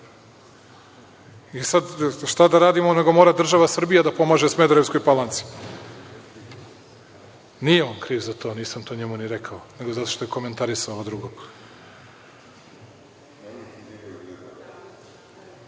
i sada šta da radimo nego mora država Srbija da pomaže Smederevskoj Palanci. Nije on kriv za to, nisam to njemu ni rekao, nego zato što je komentarisao drugog. Ovo